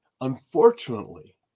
Unfortunately